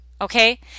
Okay